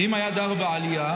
ואם היה דר בעלייה,